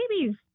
babies